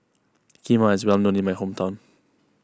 Kheema is well known in my hometown